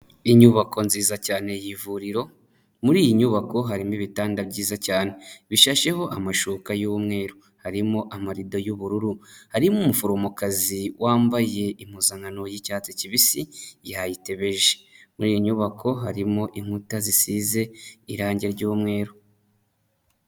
Inyubako nziza cyane y'ivuriro, muri iyi nyubako harimo ibitanda byiza cyane bishasheho amashuka y'umweru. Harimo amarido y'ubururu, harimo umuforomokazi wambaye impuzankano y'icyatsi kibisi yayitebeje. Muri iyi nyubako harimo inkuta zisize irangi ry'umweru.